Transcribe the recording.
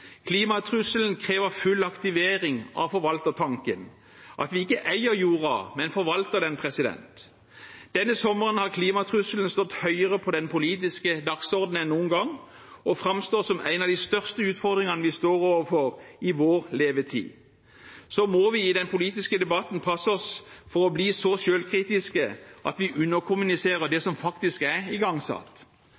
Klimatrusselen krever full aktivering av forvaltertanken – at vi ikke eier jorden, men forvalter den. Denne sommeren har klimatrusselen stått høyere på den politiske dagsordenen enn noen gang, og den framstår som en av de største utfordringene vi står overfor i vår levetid. Så må vi i den politiske debatten passe oss for å bli så selvkritiske at vi underkommuniserer det